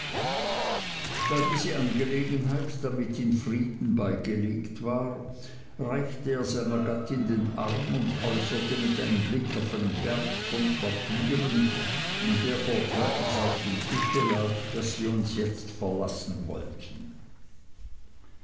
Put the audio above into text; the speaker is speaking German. diese angelegenheit damit in frieden beigelegt war reichte er seiner gattin den arm und äußerte mit einem blick auf einen berg von papieren der vor traddles auf dem tische lag daß sie uns jetzt verlassen wollten